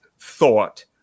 thought